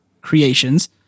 creations